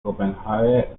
copenhague